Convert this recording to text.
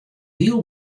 hiel